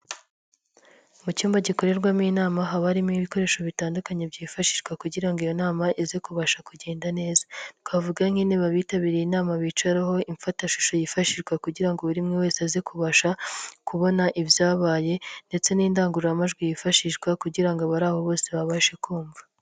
Mu cyumba gikorerwamo inama haba harimo ibikoresho bitandukanye byifashishwa kugira ngo iyo nama ize kubasha kugenda neza. Twavuga nk'intebe abitabiriye inama bicaraho, imfatashusho yifashishwa kugira ngo buri umwe wese aze kubasha kubona ibyabaye ndetse n'indangururamajwi yifashishwa kugira ngo abari aho bose babashe kumva.